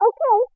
Okay